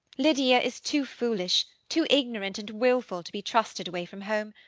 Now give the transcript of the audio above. lydia is too foolish, too ignorant and wilful to be trusted away from home.